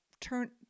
turn